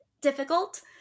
difficult